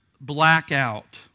blackout